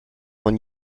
von